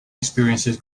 experiences